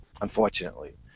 unfortunately